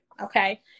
Okay